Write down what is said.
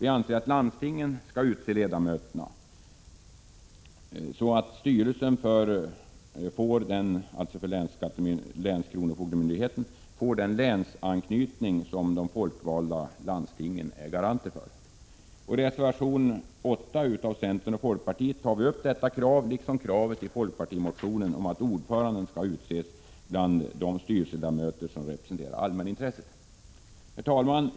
Vi anser att landstingen skall utse ledamöterna, så att styrelsen får den länsanknytning som de folkvalda landstingen är garanter för. I reservation 8 från centern och folkpartiet tar vi upp detta krav, liksom kravet i folkpartimotionen om att ordföranden skall utses bland de styrelseledamöter som representerar allmänintresset. Herr talman!